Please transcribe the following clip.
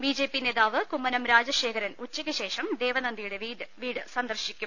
BJP നേതാവ് കുമ്മനം രാജശേഖരൻ ഉച്ചയ്ക്ക്ശേഷം ദേവനന്ദയുടെ വീട് സന്ദർശിക്കും